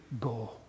go